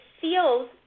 feels